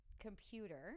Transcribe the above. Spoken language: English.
computer